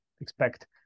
expect